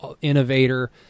innovator